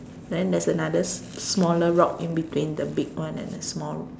then there's another smaller rock in between the big one and the small one